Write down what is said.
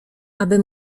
aby